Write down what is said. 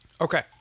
Okay